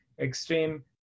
extreme